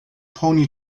pony